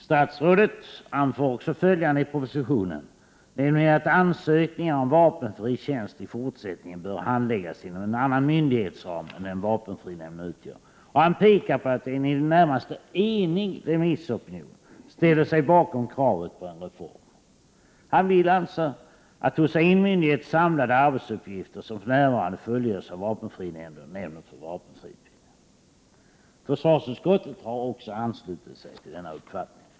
Statsrådet anför också i propositionen att ansökningar om vapenfri tjänst i fortsättningen bör handläggas inom en annan myndighetsram än den vapenfrinämnden utgör. Och han pekar på att en i det närmaste enig remissopinion ställer sig bakom kravet på en reform. Han vill alltså hos en myndighet samla de arbetsuppgifter som för närvarande fullgörs av vapenfrinämnden och nämnden för vapenfriutbildning. Försvarsutskottet har också anslutit sig till denna uppfattning.